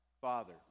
Father